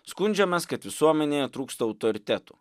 skundžiamės kad visuomenėje trūksta autoritetų